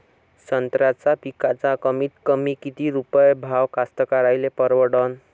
संत्र्याचा पिकाचा कमीतकमी किती रुपये भाव कास्तकाराइले परवडन?